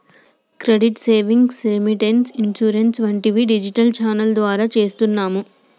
credit savings, remittance, insurance వంటివి digital channel ద్వారా చేస్తున్నాము